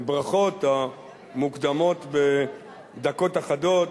לברכות, המוקדמות בדקות אחדות,